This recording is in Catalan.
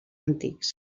antics